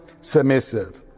submissive